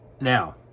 now